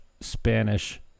Spanish